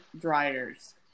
dryers